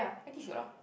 I think you should ah